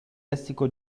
lessico